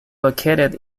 located